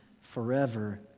forever